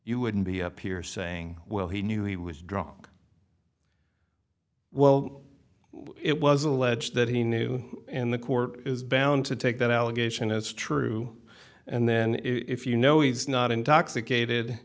you wouldn't be up here saying well he knew he was drunk well it was alleged that he knew in the court is bound to take that allegation is true and then if you know he's not intoxicated